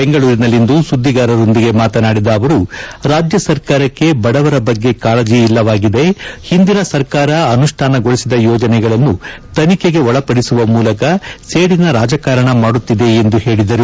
ಬೆಂಗಳೂರಿನಲ್ಲಿಂದು ಸುದ್ಗಿಗಾರರೊಂದಿಗೆ ಮಾತನಾಡಿದ ಅವರು ರಾಜ್ಯ ಸರ್ಕಾರಕ್ಕೆ ಬಡವರ ಬಗ್ಗೆ ಕಾಳಜಿ ಇಲ್ಲವಾಗಿದೆ ಹಿಂದಿನ ಸರ್ಕಾರ ಅನುಷ್ಲಾನಗೊಳಿಸಿದ ಯೋಜನೆಗಳನ್ನು ತನಿಖೆಗೆ ಒಳಪಡಿಸುವ ಮೂಲಕ ಸೇಡಿನ ರಾಜಕಾರಣ ಮಾಡುತ್ತಿದೆ ಎಂದು ಹೇಳಿದರು